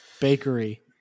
bakery